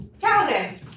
Calvin